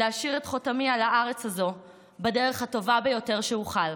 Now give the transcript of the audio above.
להשאיר את חותמי על הארץ הזאת בדרך הטובה ביותר שאוכל.